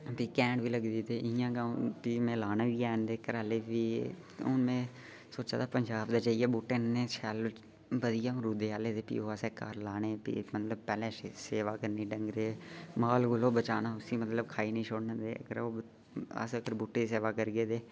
दी कैंड बी लग्गदी ते इयां के हुन फ्ही मैं लाने बी हैन ते घरे आह्ले हुन मैं सोचा दा पंजाब दा जाइये बूह्टे इन्ने शैल बधिया मरूदें आह्ले ते फ्ही ओह् असें घर लाने फ्ही मतलब पैहले सेवा करनी डंगरें माल कोलूं बचाना मतलब खाई नी छोड़न ते अस बूह्टें दी सेवा करगे ते